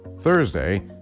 Thursday